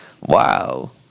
Wow